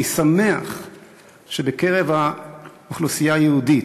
אני שמח שבקרב האוכלוסייה היהודית,